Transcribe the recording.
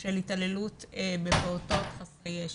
של התעללות בפעוטות חסרי ישע.